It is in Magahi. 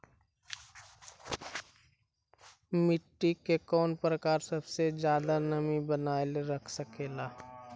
मिट्टी के कौन प्रकार सबसे जादा नमी बनाएल रख सकेला?